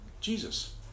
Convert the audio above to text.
Jesus